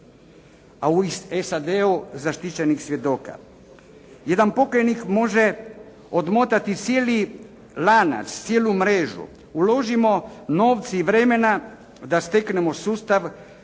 i u SAD-u zaštićenih svjedoka. Jedan pokajnik može odmotati cijeli lanac, cijelu mrežu, uložimo novce i vremena da steknemo sustav